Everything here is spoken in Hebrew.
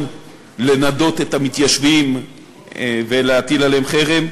לנדות את המתיישבים ולהטיל עליהם חרם,